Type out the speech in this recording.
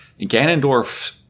Ganondorf